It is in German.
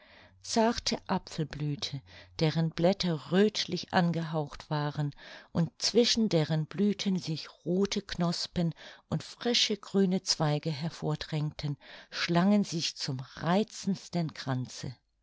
zarte apfelblüthe deren blätter röthlich angehaucht waren und zwischen deren blüthen sich rothe knospen und frische grüne zweige hervor drängten schlangen sich zum reizendsten kranze